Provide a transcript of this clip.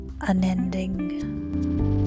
unending